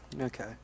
Okay